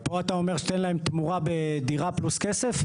פה אתה אומר שאתה נותן להם בתמורה דירה פלוס כסף.